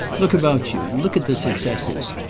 look about you look at the successes.